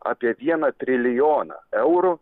apie vieną trilijoną eurų